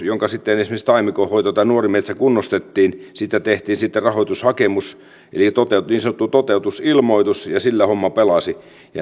jonka esimerkiksi taimikko hoidettiin tai nuori metsä kunnostettiin siitä tehtiin sitten rahoitushakemus eli niin sanottu toteutusilmoitus ja sillä homma pelasi